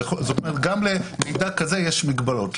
זאת אומרת, גם למידע כזה יש מגבלות.